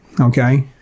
okay